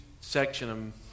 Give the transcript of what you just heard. section